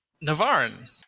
Navarin